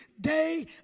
day